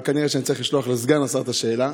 אבל כנראה שאני צריך לשלוח לסגן השר את השאלה,